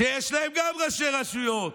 יש להם גם ראשי רשויות